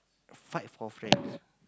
fight for friends